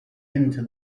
into